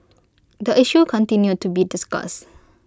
the issue continued to be discussed